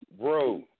bro